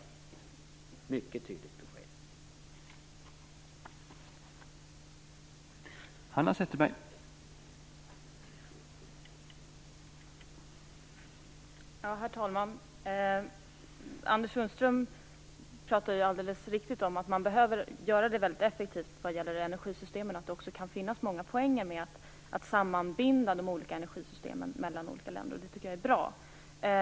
Det är ett mycket tydligt besked.